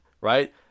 right